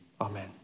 amen